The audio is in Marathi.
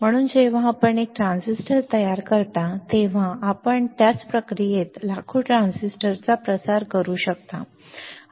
म्हणून जेव्हा आपण एक ट्रान्झिस्टर तयार करता तेव्हा आपण त्याच प्रक्रियेत लाखो ट्रान्झिस्टरचा प्रसार करू शकता